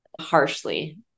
harshly